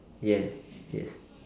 yes yes